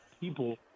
people